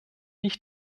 ich